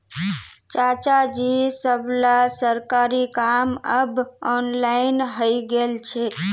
चाचाजी सबला सरकारी काम अब ऑनलाइन हइ गेल छेक